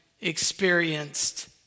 experienced